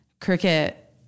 Cricket